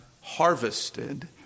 harvested